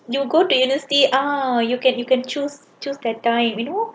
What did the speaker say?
you go to university ah you can you can choose choose that time you know